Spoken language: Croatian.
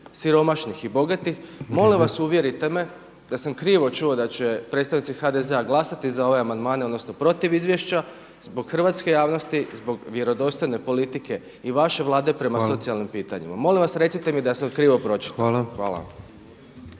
Vrijeme./… … molim vas uvjerite me da sam krivo čuo da će predstavnici HDZ-a glasati za ovaj amandman odnosno protiv izvješća, zbog hrvatske javnosti, zbog vjerodostojne politike i vaše Vlade prema socijalnim pitanjima. Molim vas recite mi da sam krivo pročitao.